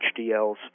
HDLs